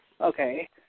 Okay